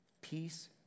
Peace